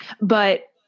But-